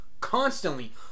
constantly